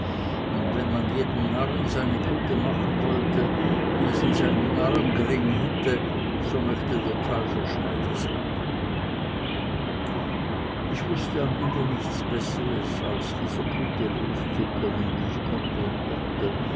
und wenn man jedem narren seine kutte machen sollte wie er es in seinem narrengring hätte so möchte der teufel schneider sein ich wußte am ende nichts besseres als dieser kutte loszukommen wie ich konnte und mochte